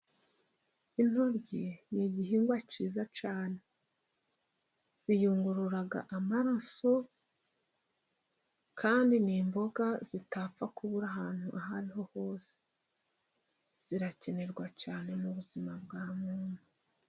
Intoryi ni igihingwa cyiza cyane. Ziyungurura amaraso, kandi ni imboga zitapfa kubura ahantu aho ariho hose. Zirakenerwa cyane mu buzima bwa muntu.